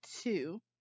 two